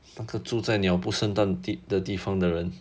那个住在鸟不生蛋的地方的人